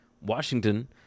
Washington